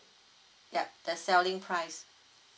yup the selling price